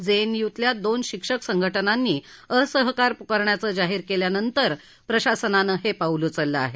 जेएनयूतल्या दोन शिक्षक संघटनांनी असहकार पुकारण्याचं जाहीर केल्यानंतर प्रशासनानं हे पाऊल उचललं आहे